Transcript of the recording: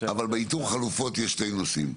אבל באיתור חלופות יש שני נושאי,